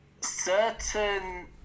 certain